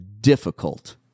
difficult